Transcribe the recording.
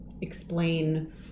explain